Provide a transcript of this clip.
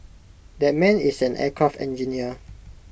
that man is an aircraft engineer